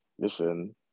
listen